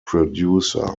producer